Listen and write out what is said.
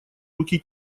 руки